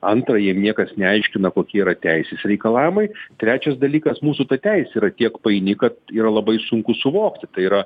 antra jiem niekas neaiškina kokie yra teisės reikalavimai trečias dalykas mūsų ta teisė yra tiek paini kad yra labai sunku suvokti tai yra